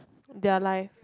their life